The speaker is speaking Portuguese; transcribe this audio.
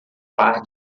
par